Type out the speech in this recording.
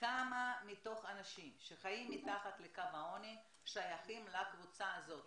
כמה מתוך האנשים שחיים מתחת לקו העוני שייכים לקבוצה הזאת,